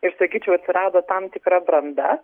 ir sakyčiau atsirado tam tikra branda